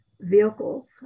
vehicles